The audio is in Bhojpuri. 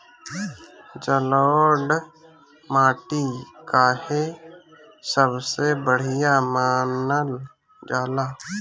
जलोड़ माटी काहे सबसे बढ़िया मानल जाला?